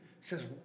says